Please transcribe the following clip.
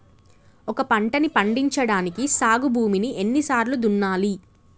ఒక పంటని పండించడానికి సాగు భూమిని ఎన్ని సార్లు దున్నాలి?